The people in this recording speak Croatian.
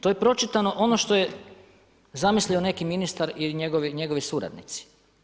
To je pročitano ono što je zamislio neki ministar ili njegovi suradnici.